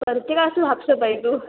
करते का साफसफाई तू